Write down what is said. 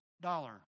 dollar